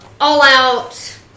all-out